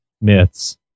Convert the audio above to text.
myths